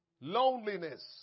loneliness